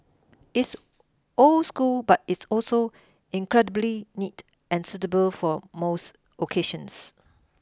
it's old school but it's also incredibly neat and suitable for most occasions